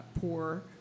poor